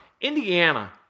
Indiana